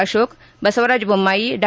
ಅಶೋಕ್ ಬಸವರಾಜು ಬೊಮ್ಲಾಯಿ ಡಾ